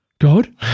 God